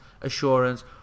assurance